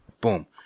Boom